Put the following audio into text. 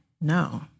no